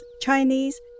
Chinese